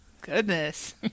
Goodness